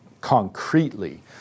concretely